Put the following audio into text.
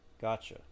Gotcha